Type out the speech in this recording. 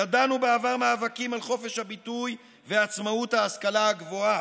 ידענו בעבר מאבקים על חופש הביטוי ועצמאות ההשכלה הגבוהה,